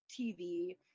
TV